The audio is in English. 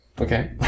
Okay